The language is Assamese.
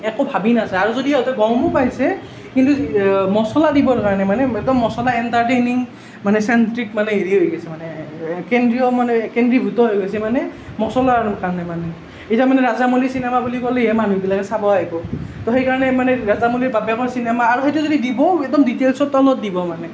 একো ভাবি নাচায় আৰু যদি সিহঁতে গমো পাইছে কিন্তু মছলা দিবৰ কাৰণে মানে একদম মছলা এণ্টাৰটেইনিং মানে চেনট্ৰীক মানে হেৰি হৈ গৈছে মানে কেন্দ্ৰীয় মানে কেন্দ্ৰীভূত হৈ গৈছে মানে মছলাৰ কাৰণে মানে এতিয়া মানে ৰাজামৌলী চিনেমা বুলি ক'লেহে মানুহবিলাকে চাব আহিব তৌ সেইকাৰণে মানে ৰাজামৌলীৰ বাপেকৰ চিনেমা আৰু সেইটো যদি দিবও একদম ডিটেইলছত তলত দিব মানে